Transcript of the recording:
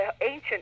ancient